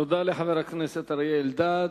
תודה לחבר הכנסת אריה אלדד.